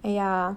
!aiya!